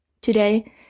Today